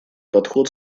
подход